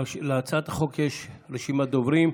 להצעת החוק יש רשימת דוברים.